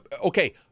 okay